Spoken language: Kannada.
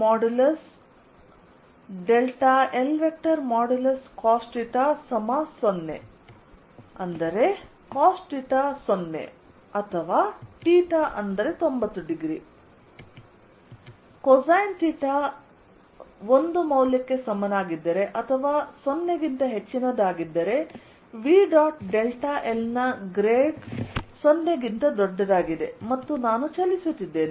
cosθ0 or θ90o cosine theta 1 ಕ್ಕೆ ಸಮನಾಗಿದ್ದರೆ ಅಥವಾ 0 ಗಿಂತ ಹೆಚ್ಚಿನದಾಗಿದ್ದರೆ V ಡಾಟ್ ಡೆಲ್ಟಾ l ನ ಗ್ರೇಡ್ 0 ಗಿಂತ ದೊಡ್ಡದಾಗಿದೆ ಮತ್ತು ನಾನು ಚಲಿಸುತ್ತಿದ್ದೇನೆ